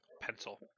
pencil